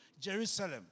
Jerusalem